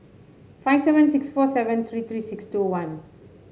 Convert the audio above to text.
five seven six four seven three three six two one